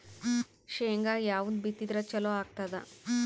ಶೇಂಗಾ ಯಾವದ್ ಬಿತ್ತಿದರ ಚಲೋ ಆಗತದ?